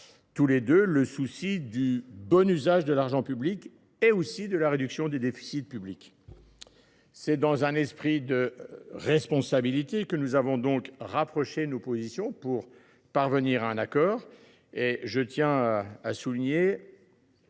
je le crois, le souci du bon usage de l’argent public ainsi que de la réduction des déficits publics. C’est dans un esprit de responsabilité que nous avons rapproché nos positions afin de parvenir à un accord. Je tiens à souligner